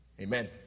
Amen